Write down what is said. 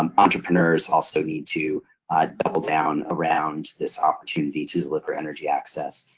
um entrepreneurs also need to double down around this opportunity to look for energy access.